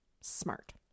smart